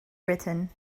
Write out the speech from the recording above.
written